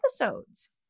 episodes